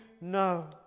No